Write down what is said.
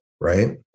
right